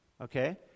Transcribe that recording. okay